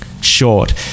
short